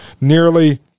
nearly